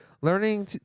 Learning